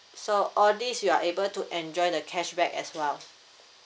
so all this you are able to enjoy the cashback as well